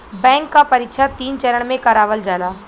bank क परीक्षा तीन चरण में करावल जाला